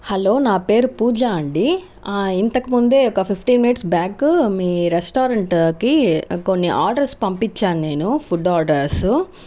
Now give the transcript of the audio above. hello నా పేరు పూజ అండి ఇంతకు ముందే ఒక ఫిఫ్టీ మినిట్స్ బ్యాక్ మీ రెస్టారెంట్కి కొన్ని ఆర్డర్స్ పంపించాను నేను ఫుడ్ ఆర్డర్స్